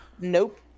Nope